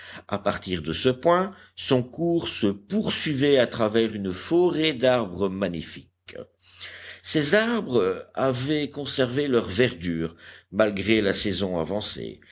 à partir de ce point son cours se poursuivait à travers une forêt d'arbres magnifiques ces arbres avaient conservé leur verdure malgré la saison avancée